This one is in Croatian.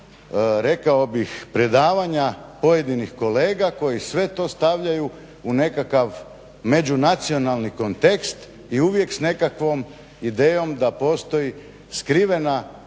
rekao bih predavanja pojedinih kolega koji sve to stavljaju u nekakav međunacionalni kontekst i uvijek s nekakvom idejom da postoji skrivena